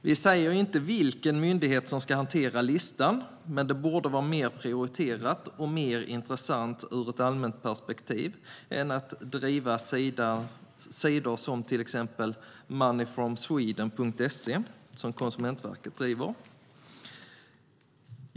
Vi säger inte vilken myndighet som ska hantera listan men det borde vara mer prioriterat och mer intressant ur ett allmänt perspektiv än att driva en sida som till exempel moneyfromsweden.se som Konsumentverket driver.